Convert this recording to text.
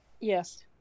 Yes